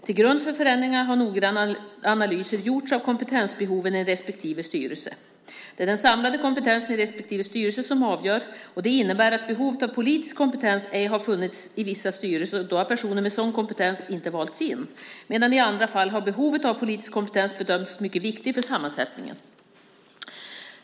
Till grund för förändringarna har noggranna analyser gjorts av kompetensbehoven i respektive styrelse. Det är den samlade kompetensen i respektive styrelse som avgör. Det innebär att behovet av politisk kompetens inte har funnits i vissa styrelser och då har personer med sådan kompetens inte valts in, medan behovet av politisk kompetens i andra fall har bedömts mycket viktigt för sammansättningen.